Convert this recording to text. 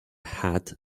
hat